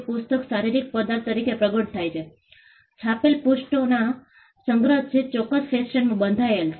પુસ્તક શારીરિક પદાર્થ તરીકે પણ પ્રગટ થાય છે છાપેલ પૃષ્ઠોનો સંગ્રહ જે ચોક્કસ ફેશનમાં બંધાયેલ છે